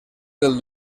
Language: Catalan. del